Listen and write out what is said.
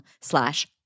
slash